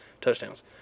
touchdowns